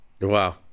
Wow